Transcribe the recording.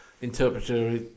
Interpreter